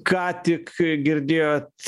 ką tik girdėjot